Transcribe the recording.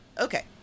okay